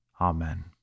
Amen